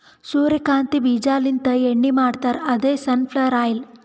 ಸೂರ್ಯಕಾಂತಿ ಬೀಜಾಲಿಂತ್ ಎಣ್ಣಿ ಮಾಡ್ತಾರ್ ಅದೇ ಸನ್ ಫ್ಲವರ್ ಆಯಿಲ್